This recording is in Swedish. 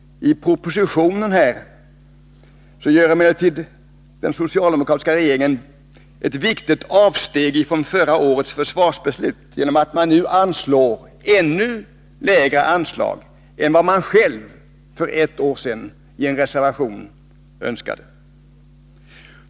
I propositionen gör emellertid den socialdemokratiska regeringen ett viktigt avsteg från förra årets försvarsbeslut genom att nu föreslå ett ännu lägre anslag än vad man själv önskade för ett år sedan i en reservation.